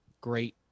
great